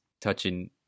touching